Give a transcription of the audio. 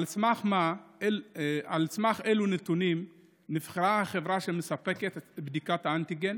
1. על סמך אילו נתונים נבחרה החברה שמספקת את בדיקות האנטיגן?